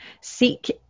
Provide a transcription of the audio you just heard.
seek